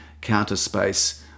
counter-space